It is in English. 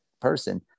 person